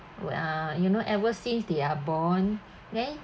were are you know ever since they are born then